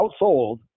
outsold